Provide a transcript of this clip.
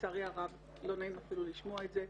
לצערי הרב, לא נעים אפילו לשמוע את זה.